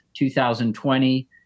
2020